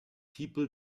people